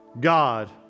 God